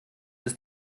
ist